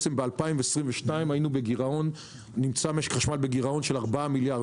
וב-2022 משק החשמל נמצא בגירעון של כ-4 מיליארד